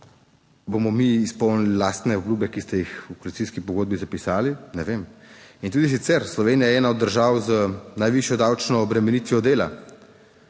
bomo mi izpolnili lastne obljube, ki ste jih v koalicijski pogodbi zapisali, ne vem. In tudi sicer, Slovenija je ena od držav z najvišjo davčno obremenitvijo dela,